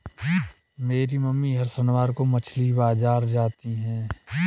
मेरी मम्मी हर शनिवार को मछली बाजार जाती है